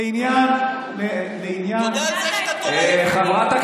מעניין לעניין ------ כנראה --- תודה על זה שאתה תומך.